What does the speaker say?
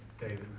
David